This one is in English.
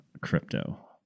crypto